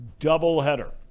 doubleheader